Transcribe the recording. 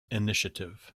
initiative